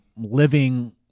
living